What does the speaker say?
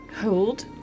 Hold